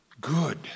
good